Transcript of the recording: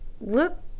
look